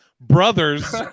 brothers